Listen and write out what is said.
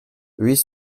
huit